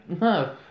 no